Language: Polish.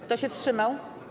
Kto się wstrzymał?